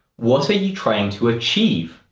what are you trying to achieve?